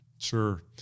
Sure